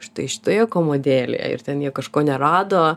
štai šitoje komodėlėje ir ten jie kažko nerado